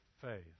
faith